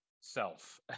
self